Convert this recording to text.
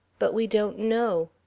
but we don't know.